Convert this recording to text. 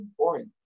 point